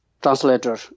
translator